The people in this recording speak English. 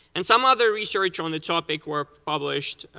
and some other research on the topic were published